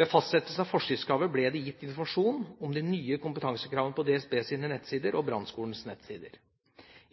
Ved fastsettelsen av forskriftskravet ble det gitt informasjon om de nye kompetansekravene på DSBs nettsider og brannskolens nettsider.